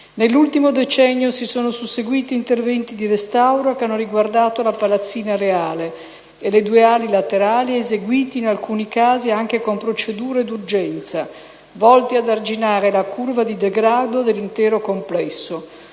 Nell'ultimo decennio si sono susseguiti interventi di restauro che hanno riguardato la palazzina reale e le due ali laterali, eseguiti in alcuni casi anche con procedure d'urgenza, volti ad arginare la curva di degrado dell'intero complesso.